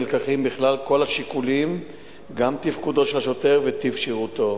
נלקחים בכלל כל השיקולים גם תפקודו של השוטר וטיב שירותו.